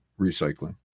recycling